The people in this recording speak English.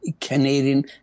Canadian